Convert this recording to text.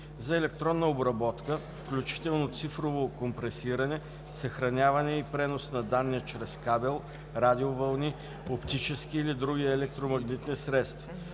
за електронна обработка, включително цифрово компресиране, съхраняване и пренос на данни чрез кабел, радиовълни, оптически или други електромагнитни средства.